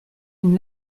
une